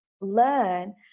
learn